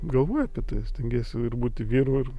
galvoji apie tai stengiesi ir būti vyru ir